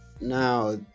Now